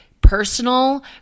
personal